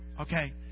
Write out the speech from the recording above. Okay